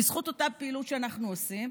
בזכות אותה פעילות שאנחנו עושים,